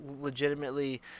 legitimately